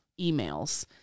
emails